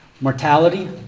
Mortality